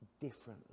differently